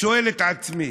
שואל את עצמי